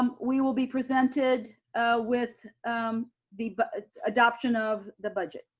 we will be presented with um the but adoption of the budget.